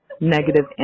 negative